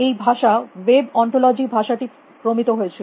এই ভাষা web ontology ভাষাটি প্রমিত হয়েছিল